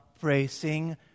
praising